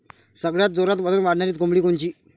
सगळ्यात जोरात वजन वाढणारी कोंबडी कोनची?